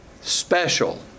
special